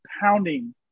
pounding